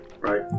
right